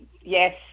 yes